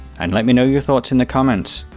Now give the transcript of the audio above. and let me know your thoughts in the comments.